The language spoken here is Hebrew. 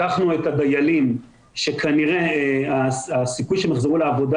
לקחנו את הדיילים שכנראה הסיכוי שהם יחזרו לעבודה